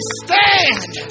stand